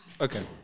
okay